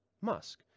musk